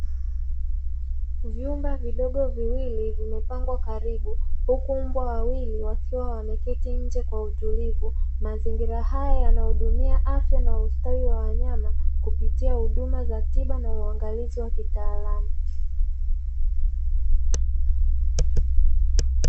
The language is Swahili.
Vyumba vidogo viwili vimepangwa karibu, huku mbwa wawili wakiwa wameketi nje kwa utulivu. Mazingira haya yanahudumia afya na ustawi wa wanyama kupitia huduma za tiba na uangalizi wa kitaalamu.